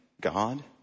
God